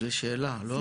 זאת שאלה, לא?